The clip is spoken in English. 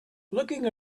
looking